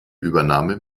übernahme